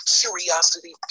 curiosity